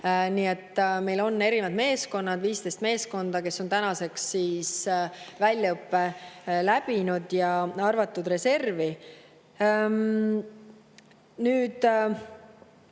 24. Meil on erinevad meeskonnad, 15 meeskonda, kes on tänaseks väljaõppe läbinud ja arvatud reservi. Ma